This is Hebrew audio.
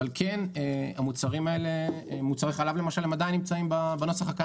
אבל מוצרי החלב למשל עדיין נמצאים בנוסח הקיים,